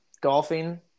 golfing